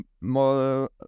more